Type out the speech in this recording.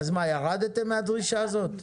ירדתם מהדרישה הזאת?